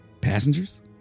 passengers